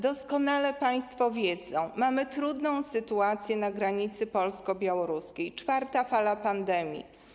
Doskonale państwo wiedzą, że mamy trudną sytuację na granicy polsko-białoruskiej i czwartą falę pandemii.